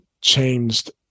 changed